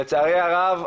לצערי הרבה,